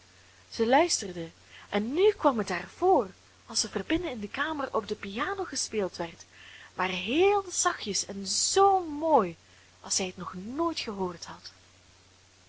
zij luisterde en nu kwam het haar voor alsof er binnen in de kamer op de piano gespeeld werd maar heel zachtjes en zoo mooi als zij het nog nooit gehoord had